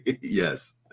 Yes